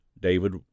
David